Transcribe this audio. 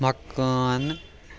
مَکانہٕ